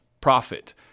profit